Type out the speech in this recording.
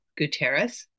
Guterres